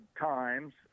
times